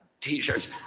t-shirts